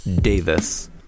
Davis